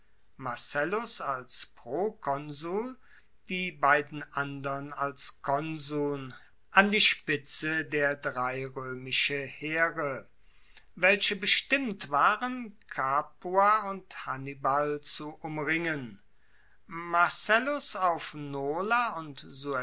marcellus als prokonsul die beiden andern als konsuln an die spitze der drei roemische heere welche bestimmt waren capua und hannibal zu umringen marcellus auf nola und